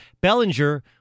Bellinger